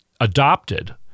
adopted